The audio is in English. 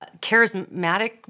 charismatic